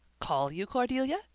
call you cordelia?